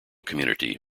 community